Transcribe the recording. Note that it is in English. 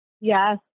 Yes